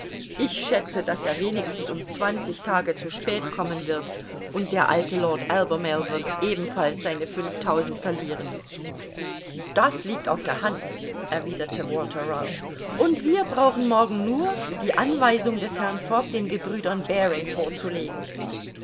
ich schätze daß er wenigstens um zwanzig tage zu spät kommen wird und der alte lord albermale wird ebenfalls seine fünftausend verlieren das liegt auf der hand erwiderte walther ralph und wir brauchen morgen nur die anweisung des herrn fogg den gebr baring vorzulegen